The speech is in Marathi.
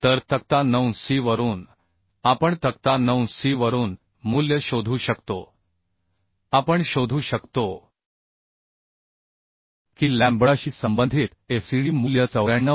तर तक्ता 9 सी वरून आपण तक्ता 9 सी वरून मूल्य शोधू शकतो आपण शोधू शकतो की लॅम्बडाशी संबंधित FCD मूल्य 94